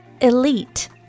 elite